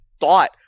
thought